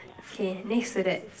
okay next to that